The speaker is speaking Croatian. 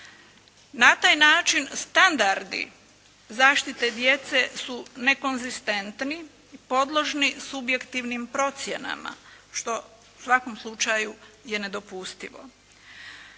Na taj način standardi zaštite djece su nekonzistentni, podložni subjektivnim procjenama što u svakom slučaju je nedopustivo.